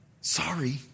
Sorry